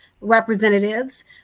representatives